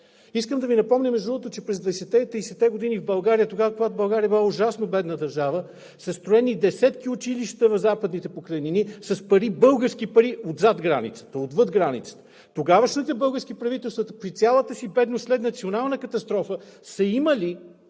Искам да Ви напомня, че през 20-те и 30-те години в България, когато България е била ужасно бедна държава, са строени десетки училища в Западните покрайнини с български пари отвъд границата. Тогавашните български правителства, при цялата си бедност след национална катастрофа, са имали